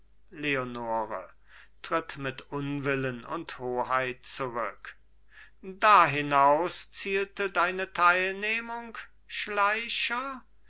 leonore tritt mit unwillen und hoheit zurück dahinaus zielte deine teilnehmung schleicher